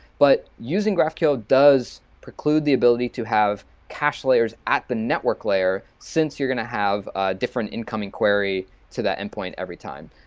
but using graphql does preclude the ability to have cache layers at the network layer since you're going to have a different incoming query to that endpoint every time.